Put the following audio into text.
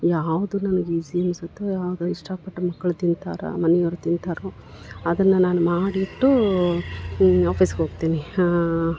ಯಾವುದು ನನ್ಗ ಈಝಿ ಅನ್ಸುತ್ತೋ ಆಗ ಇಷ್ಟಾಪಟ್ಟು ಮಕ್ಳ ತಿಂತಾರ ಮನೆಯವ್ರ ತಿಂತಾರ ಅದನ್ನ ನಾನು ಮಾಡಿಟ್ಟು ಆಫೀಸ್ಗೆ ಹೋಗ್ತೀನಿ